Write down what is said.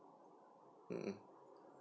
mm